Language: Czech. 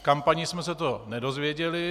V kampani jsme se to nedozvěděli.